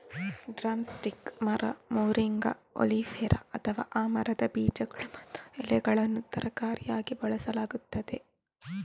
drum stick ಮರ, moringa oleifera, ಅಥವಾ ಆ ಮರದ ಬೀಜಗಳು ಮತ್ತು ಎಲೆಗಳನ್ನು ತರಕಾರಿಯಾಗಿ ಬಳಸಲಾಗುತ್ತದೆ